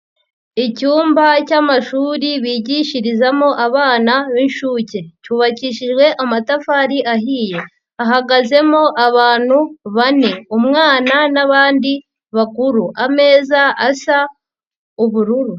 Icyumba cy'amashuri bigishirizamo abana b'inshuke. Cyubakishijwe amatafari ahiye. Hahagazemo abantu bane. Umwana n'abandi bakuru. Ameza asa ubururu.